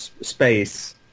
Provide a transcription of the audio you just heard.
space